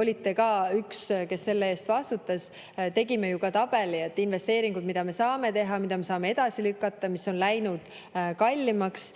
olite ka üks, kes selle eest vastutas, tegime me ju ka tabeli investeeringute kohta, mida me saame teha, mida me saame edasi lükata, mis on läinud kallimaks.